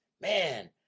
man